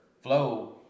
Flow